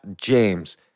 james